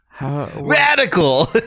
Radical